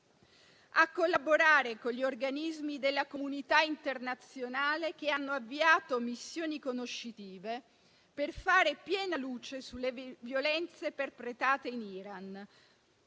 collaborare con gli organismi della comunità internazionale che hanno avviato missioni conoscitive, per fare piena luce sulle violenze perpetrate in Iran,